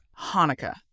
Hanukkah